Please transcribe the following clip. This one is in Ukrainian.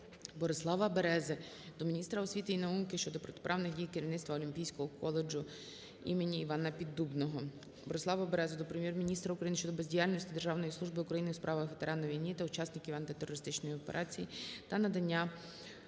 Борислава Берези до міністра освіти і науки щодо протиправних дій керівництва Олімпійського коледжу імені Івана Піддубного. Борислава Берези до Прем'єр-міністра України щодо бездіяльності Державної служби України у справах ветеранів війни та учасників антитерористичної операції та надання